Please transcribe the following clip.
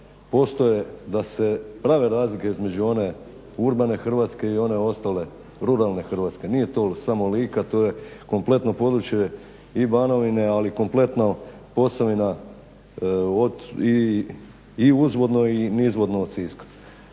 postoje, da se prave razlike između one urbane Hrvatske i one ostale ruralne Hrvatske. Nije to samo Lika, to je kompletno područje i Banovine, ali kompletno Posavina i uzvodno i nizvodno od Siska.